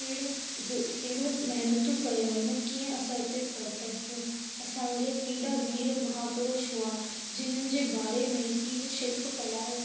कहिड़ी ज़ कहिड़ी महिनतूं कयूं आहिनि कीअं असां हिते पहुता आहियूं असांजे केॾा वीर महापुरुष हुआ जिन्हनि जे बारे इहा शिल्प कलाऊं